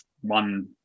one